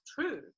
true